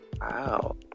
Wow